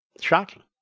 Shocking